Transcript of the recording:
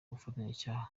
ubufatanyacyaha